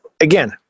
again